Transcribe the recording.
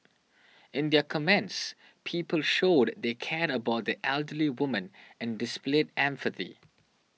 in their comments people showed they cared about the elderly woman and displayed empathy